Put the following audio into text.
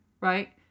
right